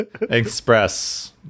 express